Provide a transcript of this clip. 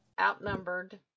outnumbered